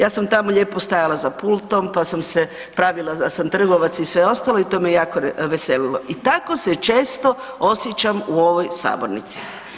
Ja sam tamo lijepo stajala za pultom, pa sam se pravila da sam trgovac i sve ostalo i to me jako veselilo i tako se često osjećam u ovoj sabornici.